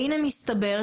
והנה מסתבר,